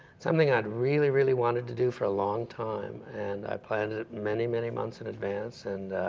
something i'd really, really wanted to do for a long time. and i planned many, many months in advance. and